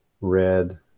red